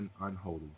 unholy